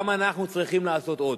גם אנחנו צריכים לעשות עוד.